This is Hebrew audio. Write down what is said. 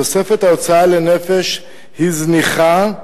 תוספת ההוצאה לנפש היא זניחה,